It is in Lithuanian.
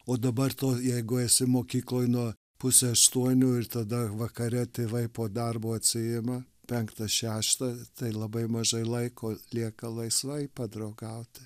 o dabar to jeigu esi mokykloj nuo pusė aštuonių ir tada vakare tėvai po darbo atsiima penktą šeštą tai labai mažai laiko lieka laisvai padraugauti